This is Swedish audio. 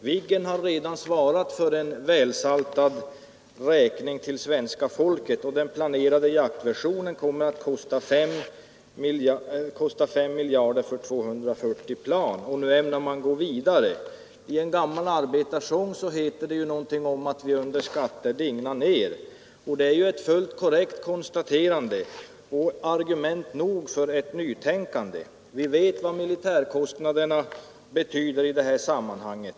Viggen har redan svarat för en välsaltad räkning till svenska folket, och den planerade jaktversionen kommer att kosta 5 miljarder kronor för 240 plan. Nu ämnar man gå vidare. I en gammal arbetarsång heter det: ”Vi under skatter dignar ner.” Det är ju ett fullt korrekt konstaterande i nuet och argument nog för ett nytänkande. Vi vet vad militärkostnaderna betyder i detta sammanhang.